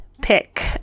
pick